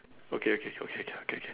okay okay okay okay okay again